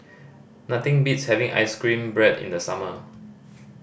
nothing beats having ice cream bread in the summer